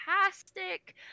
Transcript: fantastic